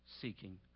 seeking